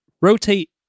rotate